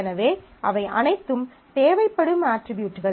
எனவே அவை அனைத்தும் தேவைப்படும் அட்ரிபியூட்கள்